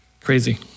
Crazy